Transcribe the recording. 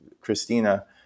Christina